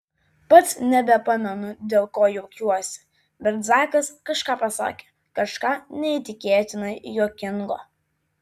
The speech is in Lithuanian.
pats nebepamenu dėl ko juokiuosi bet zakas kažką pasakė kažką neįtikėtinai juokingo